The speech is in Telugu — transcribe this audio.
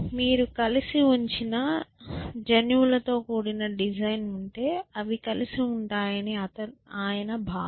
మీరు కలిసి ఉంచిన జన్యువులు తో కూడిన డిజైన్ ఉంటే అవి కలిసి ఉంటాయని అతను అయన భావన